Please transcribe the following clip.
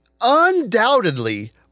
undoubtedly